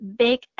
big